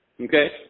Okay